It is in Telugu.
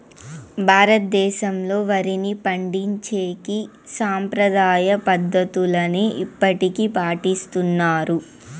భారతదేశంలో, వరిని పండించేకి సాంప్రదాయ పద్ధతులనే ఇప్పటికీ పాటిస్తన్నారు